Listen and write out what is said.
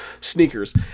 sneakers